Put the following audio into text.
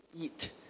eat